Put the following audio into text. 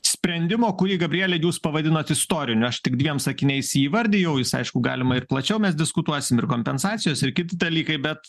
sprendimo kurį gabriele jūs pavadinot istoriniu aš tik dviem sakiniais jį įvardijau jis aišku galima ir plačiau mes diskutuosim ir kompensacijos ir kiti dalykai bet